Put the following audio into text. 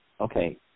Okay